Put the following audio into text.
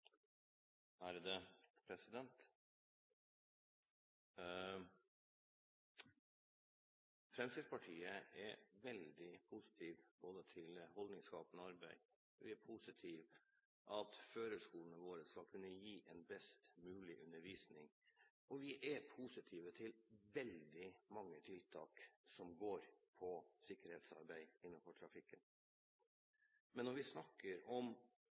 2008. Fremskrittspartiet er veldig positiv både til holdningsskapende arbeid og til at førerskolene våre skal kunne gi en best mulig undervisning, og vi er positive til veldig mange tiltak som går på sikkerhetsarbeid innenfor trafikken. Men når vi snakker om